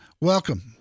welcome